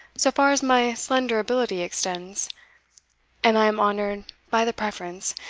so far as my slender ability extends and i am honoured by the preference,